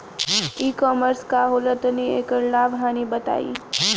ई कॉमर्स का होला तनि एकर लाभ हानि बताई?